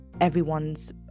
everyone's